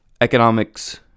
economics